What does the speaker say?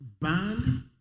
banned